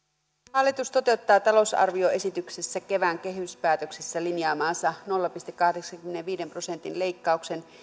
hallitus toteuttaa talousarvioesityksessä kevään kehyspäätöksessä linjaamansa nolla pilkku kahdeksankymmenenviiden prosentin leikkauksen